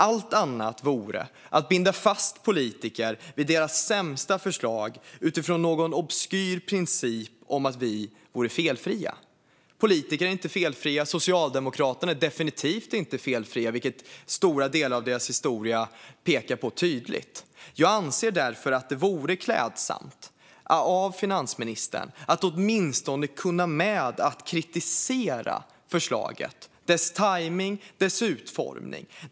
Allt annat vore att binda fast politiker vid deras sämsta förslag utifrån någon obskyr princip om att vi är felfria. Politiker är inte felfria. Socialdemokraterna är definitivt inte felfria, vilket stora delar av deras historia tydligt pekar på. Jag anser därför att det vore klädsamt av finansministern om hon åtminstone kunde med att kritisera förslaget, dess tajmning och dess utformning.